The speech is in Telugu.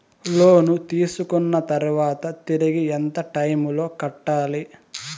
లోను తీసుకున్న తర్వాత తిరిగి ఎంత టైములో కట్టాలి